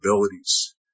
abilities